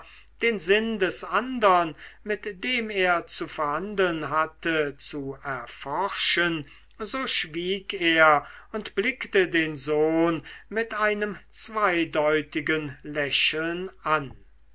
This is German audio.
den sinn des andern mit dem er zu verhandeln hatte zu erforschen so schwieg er und blickte den sohn mit einem zweideutigen lächeln an